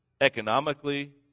Economically